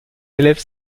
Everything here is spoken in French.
élève